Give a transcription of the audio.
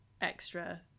extra